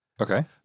Okay